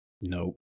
No